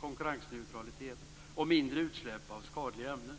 konkurrensneutralitet och mindre utsläpp av skadliga ämnen.